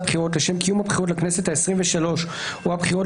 בחירות לשם קיום הבחירות לכנסת העשרים ושלוש או הבחירות